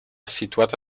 situata